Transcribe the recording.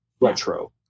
retro